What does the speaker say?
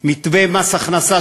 מתווה מס הכנסה,